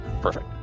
Perfect